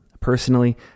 Personally